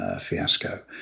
fiasco